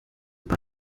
bei